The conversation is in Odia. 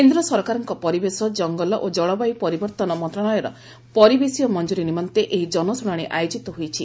କେନ୍ଦ୍ ସରକାରଙ୍କ ପରିବେଶ ଜଙ୍ଗଲ ଓ ଜଳବାୟୁ ପରିବର୍ଉନ ମନ୍ତଶାଳୟର ପରିବେଶୀୟ ମଞ୍ଚୁରୀ ନିମନ୍ତେ ଏହି ଜନଶୁଶାଶି ଆୟୋଜିତ ହୋଇଛି